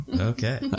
Okay